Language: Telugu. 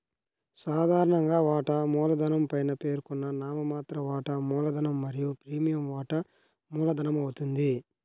సాధారణంగా, వాటా మూలధనం పైన పేర్కొన్న నామమాత్ర వాటా మూలధనం మరియు ప్రీమియం వాటా మూలధనమవుతుంది